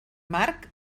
marc